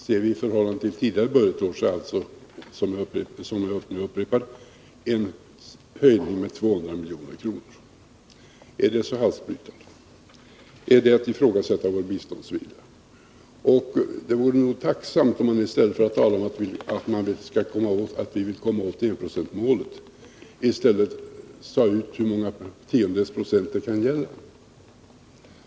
Ser vi på förhållandet under tidigare budgetår finner vi att det innebär — vilket jag upprepar — en höjning med 200 milj.kr. Är det så halsbrytande? Är det att ifrågasätta vår biståndsvilja? Det vore tacknämligt om man i stället för att tala om att vi inte kommer upp till enprocentsmålet sade ut hur många tiondels procent det kan gälla.